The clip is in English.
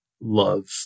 love